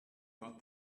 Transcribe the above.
got